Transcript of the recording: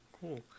cool